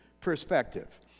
perspective